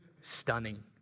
stunning